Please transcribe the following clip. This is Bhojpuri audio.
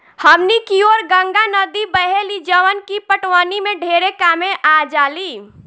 हमनी कियोर गंगा नद्दी बहेली जवन की पटवनी में ढेरे कामे आजाली